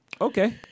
Okay